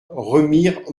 remire